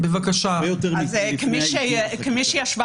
כמי שישבה